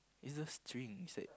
is the string it's like